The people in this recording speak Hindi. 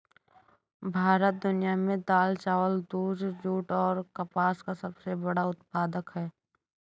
भारत दुनिया में दाल, चावल, दूध, जूट और कपास का सबसे बड़ा उत्पादक है